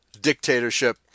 dictatorship